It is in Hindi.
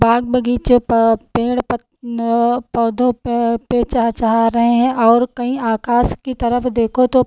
बाग़ बगीचे पर पेड़ पर पौधों पर पर चहचहा रहे हैं और कहीं आकाश की तरफ देखो तो